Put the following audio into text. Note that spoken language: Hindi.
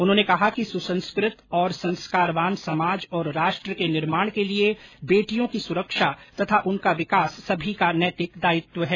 उन्होंने कहा कि सुसंस्कृत एवं संस्कारवान समाज और राष्ट्र के निर्माण के लिए बेटियों की सुरक्षा तथा उनका विकास सभी का नैतिक दायित्व है